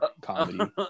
comedy